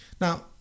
Now